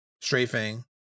strafing